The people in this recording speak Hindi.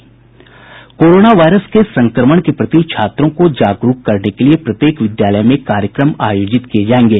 कोरोना वायरस के संक्रमण के प्रति छात्रों को जागरूक करने के लिए प्रत्येक विद्यालय में कार्यक्रम आयोजित किये जायेंगे